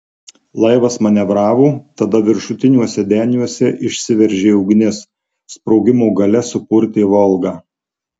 laivas manevravo tada viršutiniuose deniuose išsiveržė ugnis sprogimo galia supurtė volgą